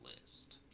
list